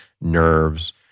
nerves